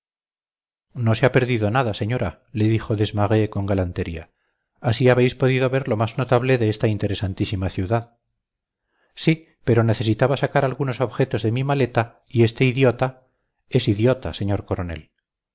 no se ha perdido nada señora le dijo desmarets con galantería así habéis podido ver lo más notable de esta interesantísima ciudad sí pero necesitaba sacar algunos objetos de mi maleta y este idiota es idiota señor coronel